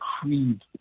creed